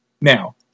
Now